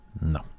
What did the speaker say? No